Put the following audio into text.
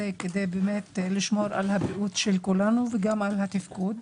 כדי לשמור על הבריאות של כולנו וגם על התפקוד.